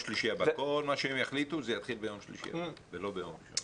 מה שהם יחליטו יתחיל ביום שלישי ולא ביום ראשון.